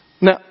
now